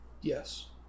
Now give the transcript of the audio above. Yes